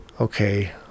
okay